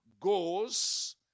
goes